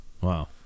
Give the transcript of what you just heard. Wow